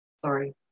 sorry